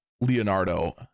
Leonardo